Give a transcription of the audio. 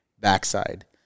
backside